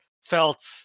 felt